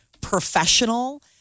professional